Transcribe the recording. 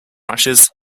rashes